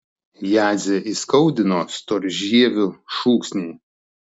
jadzę įskaudino storžievių šūksniai